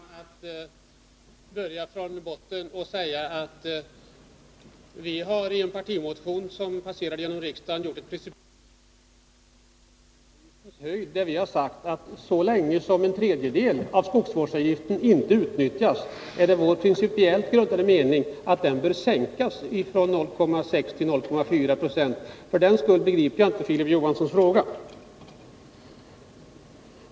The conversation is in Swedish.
Herr talman! Det är lockande att börja från botten och påminna om att vi i en partimotion som passerat genom riksdagen har gjort ett uttalande beträffande skogsvårdsavgiftens höjd, där vi har sagt att så länge som en tredjedel av skogsvårdsavgiften inte utnyttjas är det vår principiellt grundade mening att den bör sänkas från 0,6 till 0,4 26. Jag begriper mot den bakgrunden inte Filip Johanssons fråga.